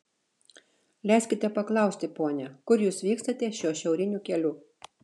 leiskite paklausti pone kur jūs vykstate šiuo šiauriniu keliu